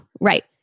right